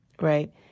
right